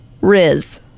Riz